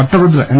పట్టభద్రుల ఎమ్